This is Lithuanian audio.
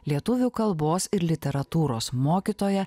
lietuvių kalbos ir literatūros mokytoja